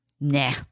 Nah